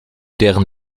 deren